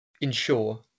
ensure